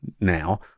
now